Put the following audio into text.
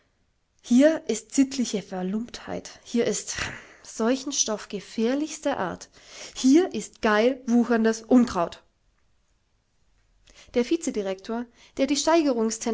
hier ist sittliche verlumptheit hier ist rhm seuchenstoff gefährlichster art hier ist geil wucherndes unkraut der vizedirektor der die